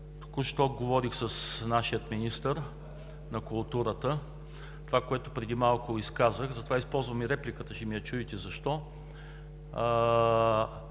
Току-що говорих с нашия министър на културата за това, което преди малко изказах, затова използвам и репликата, ще чуете защо.